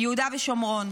יהודה ושומרון.